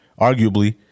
arguably